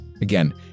again